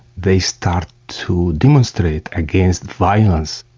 they start to demonstrate against violence.